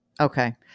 Okay